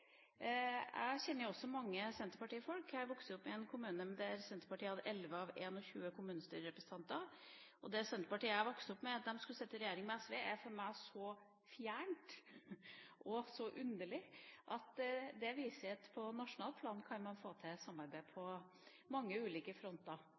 Jeg kjenner også mange senterpartifolk. Jeg er vokst opp i en kommune der Senterpartiet hadde 11 av 21 kommunestyrerepresentanter. At det Senterpartiet jeg er vokst opp med, skulle sitte i regjering med SV, er for meg så fjernt og så underlig – det viser at på nasjonalt plan kan man få til samarbeid